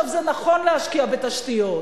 זה נכון להשקיע בתשתיות,